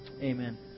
Amen